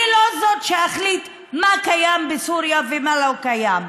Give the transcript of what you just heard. אני לא זאת שאחליט מה קיים בסוריה ומה לא קיים.